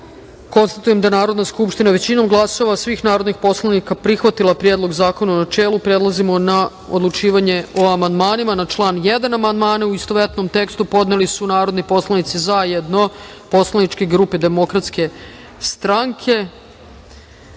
da je Narodna skupština, većinom glasova svih narodnih poslanika, prihvatila Predlog zakona u načelu. Prelazimo na odlučivanje o amandmanima. Na član 1. amandmane u istovetnom tekstu podneli su narodni poslanici zajedno poslaničke grupe Demokratske stranke